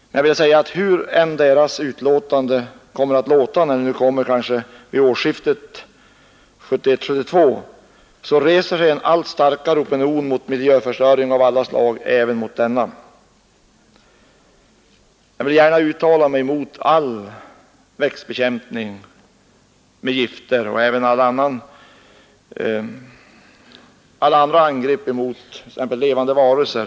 Men hur denna grupps utlåtande än kommer att bli då det kanske kommer vid årsskiftet 1971—1972 reser sig en allt starkare opinion mot miljöförstöring av alla slag och även mot denna form. Jag vill gärna uttala mig mot all växtbekämpning med gifter och även mot all annan användning av gifter mot exempelvis levande varelser.